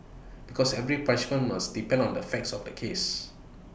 because every punishment must depend on the facts of the case